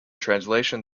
translation